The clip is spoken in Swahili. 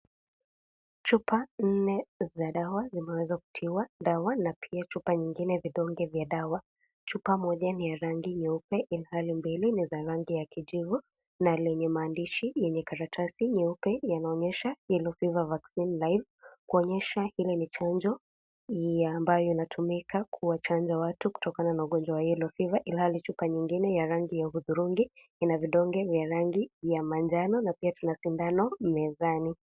Chupa nne za dawa zimeweza kutiwa dawa na pia chupa nyingine vidonge vya dawa. Chupa moja ni ya rangi nyeupe ilihali mbili ni za rangi ya kijivu na lenye maandishi yenye karatasi nyeupe yanaonyesha yellow fever vaccine life , kuonyesha ile ni chanjo ya ambayo inatumika kuwa chanja watu kutokana na ugonjwa wa yellow fever ilihali chupa nyingine ya rangi ya udhurungi ina vidonge vya rangi ya manjano na pia kuna sindano mezani.